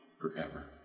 forever